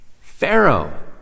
Pharaoh